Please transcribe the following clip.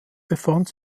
befand